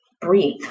breathe